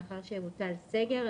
מאחר שהוטל סגר,